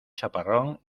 chaparrón